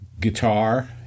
guitar